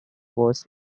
was